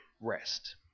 rest